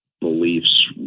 beliefs